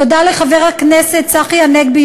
תודה לחבר הכנסת צחי הנגבי,